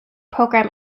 program